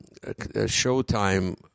Showtime